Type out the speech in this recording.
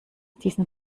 diesen